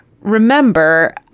remember